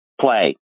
play